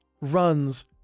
runs